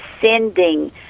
sending